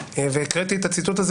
והקראתי את הציטוט הזה